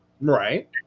Right